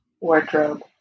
wardrobe